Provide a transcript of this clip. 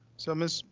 so ms.